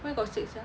why got six sia